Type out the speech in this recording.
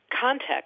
context